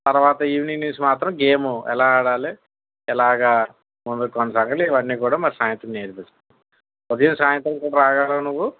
తర్వాత ఈవినింగ్ నుంచి గేమ్ ఎలా ఆడాలి ఎలాగ ముందుకు కొనసాగాలి ఇవి అన్నీ కూడా మరి సాయంత్రం నేర్పిస్తాము ఉదయం సాయంత్రం రాగలవా నువ్వు